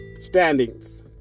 Standings